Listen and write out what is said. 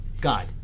God